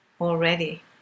already